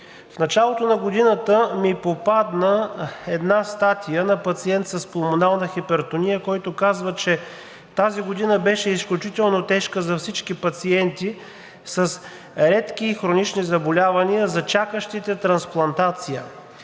В началото на годината ми попадна една статия на пациент с пулмонална хипертония, който казва: „Тази година беше изключително тежка за всички пациенти с редки и хронични заболявания, за чакащите трансплантация.